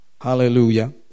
Hallelujah